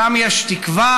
שם יש תקווה,